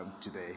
today